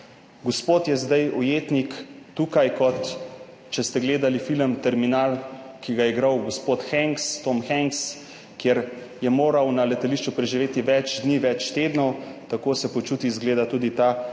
Gospod je zdaj ujetnik tukaj, kot če ste gledali film Terminal, v katerem je igral gospod Hanks, Tom Hanks, kjer je moral na letališču preživeti več dni, več tednov. Tako se počuti, izgleda, tudi ta gospod.